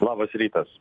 labas rytas